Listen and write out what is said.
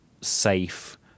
safe